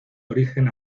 origen